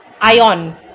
Ion